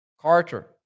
Carter